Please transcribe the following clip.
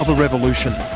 revolution.